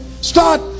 start